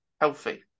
healthy